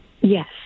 Yes